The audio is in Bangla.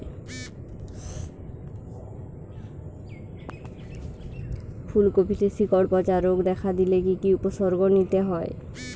ফুলকপিতে শিকড় পচা রোগ দেখা দিলে কি কি উপসর্গ নিতে হয়?